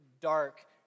dark